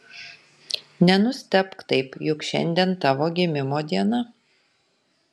nenustebk taip juk šiandien tavo gimimo diena